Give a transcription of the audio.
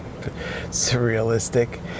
surrealistic